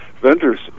vendors